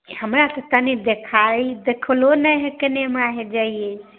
हमरा तऽ कनि देखाइ देखलहुँ नहि है केने माहे जैये